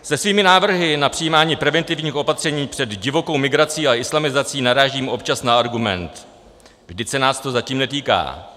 Se svými návrhy na přijímání preventivních opatření před divokou migrací a islamizací narážím občas na argument: vždyť se nás to zatím netýká.